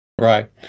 Right